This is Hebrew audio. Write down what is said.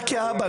אתה כאבא,